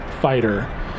fighter